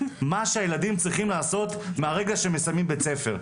מה שהילדים צריכים לעשות מהרגע שהם מסיימים בית ספר,